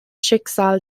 schicksal